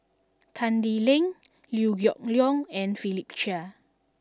Tan Lee Leng Liew Geok Leong and Philip Chia